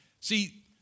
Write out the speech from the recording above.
see